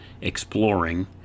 exploring